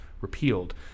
repealed